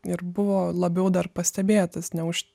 ir buvo labiau dar pastebėtas ne už